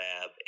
lab